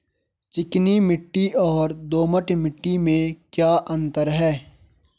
चिकनी मिट्टी और दोमट मिट्टी में क्या क्या अंतर है?